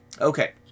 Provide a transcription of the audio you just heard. Okay